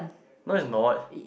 no it's not